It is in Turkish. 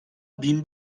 bin